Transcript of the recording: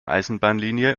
eisenbahnlinie